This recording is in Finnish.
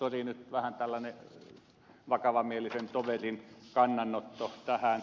sori nyt vähän tällaisen vakavamielisen toverin kannanotto tähän